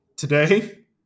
Today